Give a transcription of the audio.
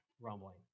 rumbling